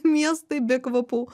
miestai be kvapų